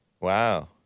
Wow